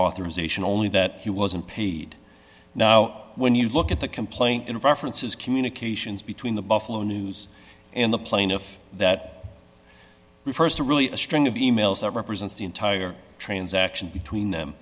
authorization only that he wasn't paid now when you look at the complaint and references communications between the buffalo news and the plaintiff that refers to really a string of e mails that represents the entire transaction between them